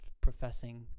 professing